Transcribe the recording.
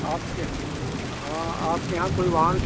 आपके हाँ आपके यहाँ कोई वाहन